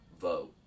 vote